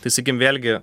tai sakykim vėlgi